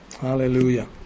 Hallelujah